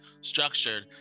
structured